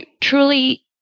truly